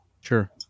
Sure